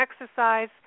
exercise